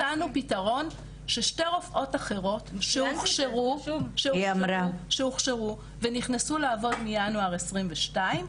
נתנו פתרון ששתי רופאות אחרות שהוכשרו ונכנסו לעבוד מינואר 22,